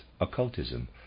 occultism